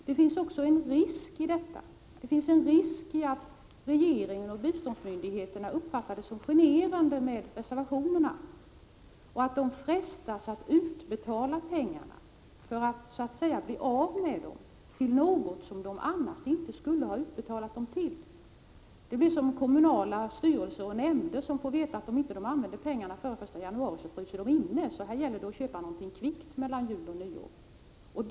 Det finns en risk att regeringen och biståndsmyndigheterna uppfattar det som generande med reservationerna och frestas att utbetala pengarna, för att så att säga bli av med dem, till något som de annars inte skulle ha betalat ut dem till. Det blir som i kommunala styrelser och nämnder som får veta att om de inte använder pengarna före den 1 januari fryser de inne, så det gäller att kvickt köpa någonting mellan jul och nyår.